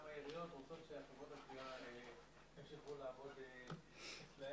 העיריות רוצות שחברות הגבייה ימשיכו לעבוד אצלן.